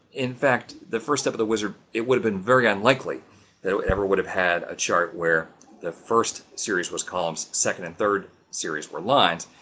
in fact, the first step of the wizard it would have been very unlikely that ever would have had a chart where the first series was columns second and third series were lines,